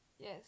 Yes